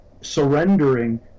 surrendering